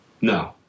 No